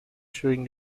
during